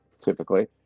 typically